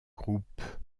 groupe